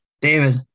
david